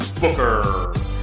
Booker